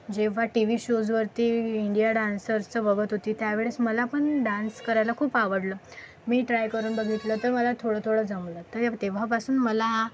जेव्हा T V शोजवरती India डान्सरचं बघत होती त्यावेळेस मला पण डान्स करायला खूप आवडलं मी ट्राय करून बघितलं तर मला थोडं थोडं जमलं तर तेव्हापासून मला